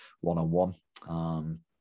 one-on-one